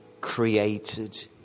created